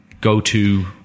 go-to